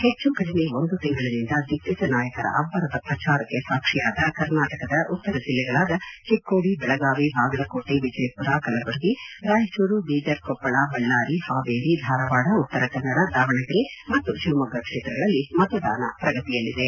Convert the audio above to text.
ಹೆಚ್ಚು ಕೆದಿಮೆ ಒಂದು ತಿಂಗಳಿಂದ ದಿಗ್ಗಜ ನಾಯಕರ ಅಬ್ಬರದ ಪ್ರಚಾರಕ್ಕೆ ಸಾಕ್ಷಿಯಾದ ಕರ್ನಾಟಕದ ಉತ್ತರ ಜಿಲ್ಲೆಗಳಾದ ಚಿಕ್ಸೋಡಿ ಬೆಳಗಾವಿ ಬಾಗಲಕೋಟೆ ವಿಜಯಪುರ ಕಲಬುರಗಿ ರಾಯಚೂರು ಬೀದರ್ ಕೊಪ್ಪಳ ಬಳ್ಳಾರಿ ಹಾವೇರಿ ಧಾರವಾಡ ಉತ್ತರ ಕನ್ನಡ ದಾವಣಗೆರೆ ಮತ್ತು ಶಿವಮೊಗ್ಗ ಕ್ಷೇತ್ರಗಳಲ್ಲಿ ಮತದಾನ ಪ್ರಗತಿಯಲ್ಲಿದೆ